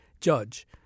judge